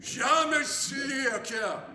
žemės slieke